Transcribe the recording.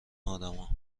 آدما